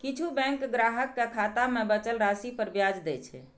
किछु बैंक ग्राहक कें खाता मे बचल राशि पर ब्याज दै छै